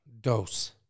Dose